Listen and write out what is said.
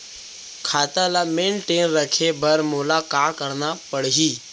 खाता ल मेनटेन रखे बर मोला का करना पड़ही?